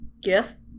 Yes